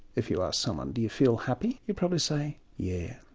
if you ask someone, do you feel happy? you'd probably say, yeah